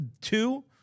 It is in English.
two